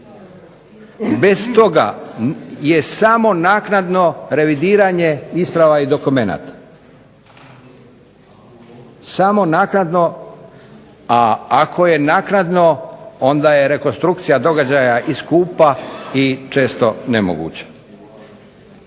Bez toga je samo naknadno revidiranje isprava i dokumenata, samo naknadno, a ako je naknadno onda je rekonstrukcija događaja i skupa i često nemoguća.